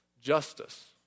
justice